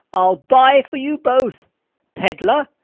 i'll buy for you both pedlar,